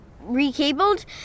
re-cabled